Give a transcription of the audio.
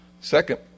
second